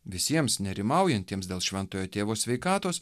visiems nerimaujantiems dėl šventojo tėvo sveikatos